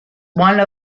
one